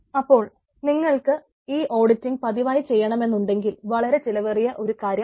അപ്പോൾ നിങ്ങൾക്ക് ഈ ഓഡിറ്റിങ് പതിവായി ചെയ്യണമെന്നുണ്ടെങ്കിൽ വളരെ ചിലവേറിയ ഒരു കാര്യമാണ്